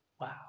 Wow